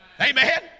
Amen